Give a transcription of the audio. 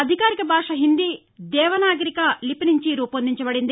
అధికారిక భాష హిందీ దేవనాగరిక లిపి నుంచి రూపొందించబడింది